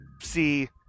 see